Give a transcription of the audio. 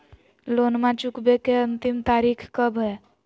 लोनमा चुकबे के अंतिम तारीख कब हय?